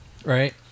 Right